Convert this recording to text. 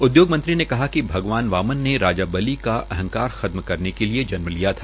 उदयोग मंत्री ने कहा कि भगवना वामन ने राजा बलि का अहंकार खत्म करेन के लिए जन्म लिया था